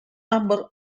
number